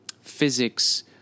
physics